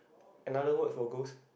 another word for ghost